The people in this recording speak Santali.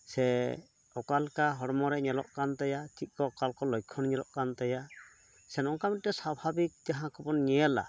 ᱥᱮ ᱚᱠᱟᱞᱮᱠᱟ ᱦᱚᱲᱢᱚ ᱨᱮ ᱧᱮᱞᱚᱜ ᱠᱟᱱ ᱛᱟᱭᱟ ᱪᱮᱫ ᱠᱚ ᱚᱠᱟᱞᱮᱠᱟ ᱞᱚᱠᱠᱷᱚᱱ ᱧᱮᱞᱚᱜ ᱠᱟᱱ ᱛᱟᱭᱟ ᱥᱮ ᱱᱚᱝᱠᱟ ᱢᱤᱫᱴᱮᱱ ᱥᱟᱵᱷᱟᱵᱤᱠ ᱡᱟᱦᱟᱸ ᱠᱚᱵᱚᱱ ᱧᱮᱞᱟ